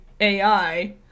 AI